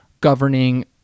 governing